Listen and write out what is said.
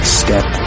step